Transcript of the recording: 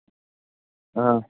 اۭں